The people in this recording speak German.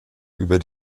über